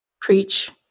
Preach